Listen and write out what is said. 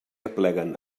apleguen